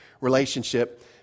relationship